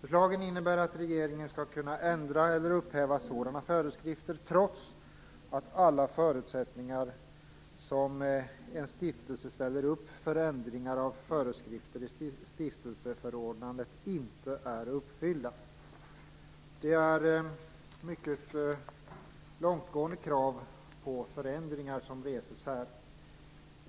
Förslagen innebär att regeringen skall kunna ändra eller upphäva sådana föreskrifter, trots att alla förutsättningar som en stiftelse ställer upp för ändringar av föreskrifter i stiftelseförordnandet inte är uppfyllda. Det är mycket långtgående krav på förändringar som här reses.